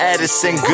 Edison